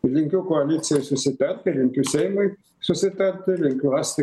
linkiu koalicijoj susitart ir linkiu seimui susitarti linkiu rasti